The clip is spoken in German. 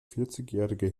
vierzigjähriger